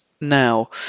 now